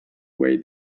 way